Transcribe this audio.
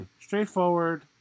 Straightforward